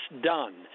done